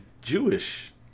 Jewish